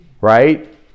Right